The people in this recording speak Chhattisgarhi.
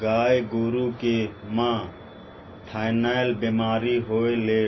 गाय गोरु के म थनैल बेमारी होय ले